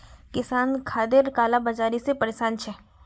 किसान खादेर काला बाजारी से परेशान छे